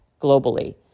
globally